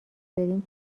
بریم